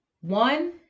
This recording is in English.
One